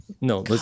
no